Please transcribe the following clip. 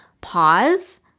pause